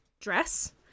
dress